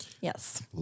Yes